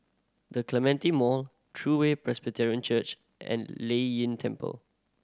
The Clementi Mall True Way Presbyterian Church and Lei Yin Temple